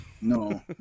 No